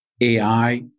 AI